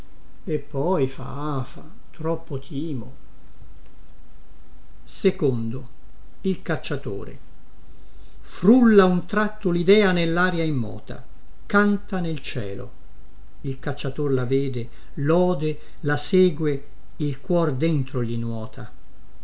e poi fa afa troppo timo frulla un tratto lidea nellaria immota canta nel cielo il cacciator la vede lode la segue il cuor dentro gli nuota